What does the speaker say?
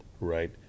right